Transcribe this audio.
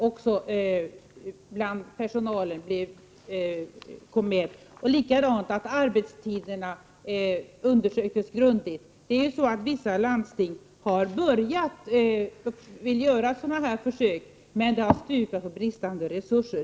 Även arbetstiderna borde undersökas grundligt. Vissa landsting vill göra försök av denna typ, men de har stupat på grund av brist på resurser.